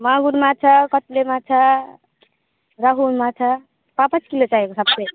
मागुर माछा कत्ले माछा रहु माछा पाँच पाँच किलो चाहिएको सबै